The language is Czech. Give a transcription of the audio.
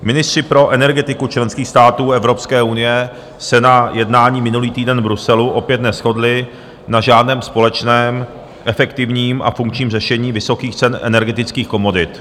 Ministři pro energetiku členských států Evropské unie se na jednání minulý týden v Bruselu opět neshodli na žádném společném efektivním a funkčním řešení vysokých cen energetických komodit.